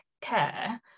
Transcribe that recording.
care